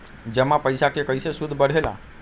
जमा पईसा के कइसे सूद बढे ला?